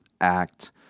act